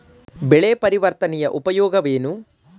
ಬೆಳೆ ಪರಿವರ್ತನೆಯ ಉಪಯೋಗವೇನು?